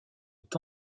est